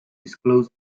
disclosed